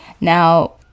Now